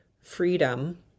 freedom